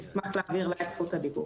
אני אשמח להעביר לה את זכות הדיבור.